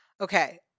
okay